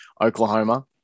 Oklahoma